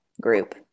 group